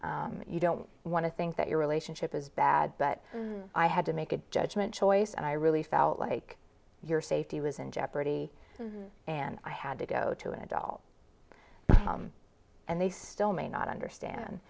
you don't want to think that your relationship is bad but i had to make a judgment choice and i really felt like your safety was in jeopardy and i had to go to an adult and they still may not understand